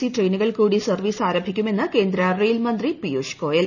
C ട്രെയിനുകൾ കൂടി service ആരംഭിക്കൂർമെന്ന് കേന്ദ്ര റെയിൽമന്ത്രി പിയൂഷ്ഗോയൽ